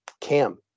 Cam